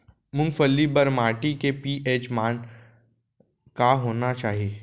मूंगफली बर माटी के पी.एच मान का होना चाही?